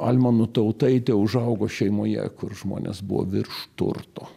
alma nutautaite užaugo šeimoje kur žmonės buvo virš turto